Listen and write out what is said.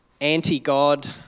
anti-God